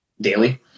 daily